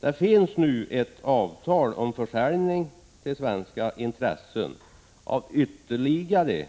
Det finns nu ett avtal om försäljning till svenska intressen av ytterligare